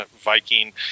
Viking